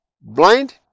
blind